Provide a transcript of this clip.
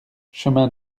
chemin